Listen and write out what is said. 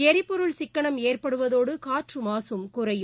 எரிபொருள் சிக்கனம் ஏற்படுவதோடு காற்று மாசும் குறையும்